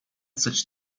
such